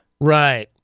Right